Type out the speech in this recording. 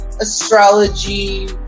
astrology